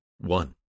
one